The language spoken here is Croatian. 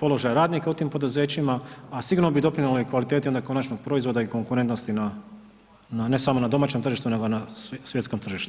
položaja radnika u tim poduzećima a sigurno bi doprinijeli i kvaliteti onda konačnog proizvoda i konkurentnosti na ne samo na domaćem tržištu nego na svjetskom tržištu.